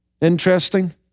Interesting